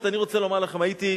הקדושה, ששם המשפחה היהודית?